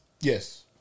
Yes